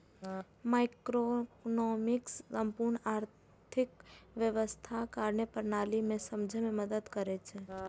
microeconomics संपूर्ण आर्थिक व्यवस्थाक कार्यप्रणाली कें समझै मे मदति करै छै